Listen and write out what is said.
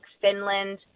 Finland